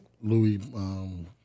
Louis